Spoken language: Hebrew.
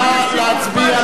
נא להצביע.